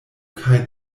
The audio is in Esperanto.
kaj